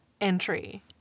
entry